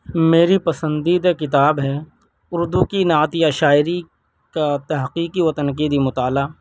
میری پسندیدہ کتاب ہے اردو کی نعتیہ شاعری کا تحقیقی و تنقیدی مطالعہ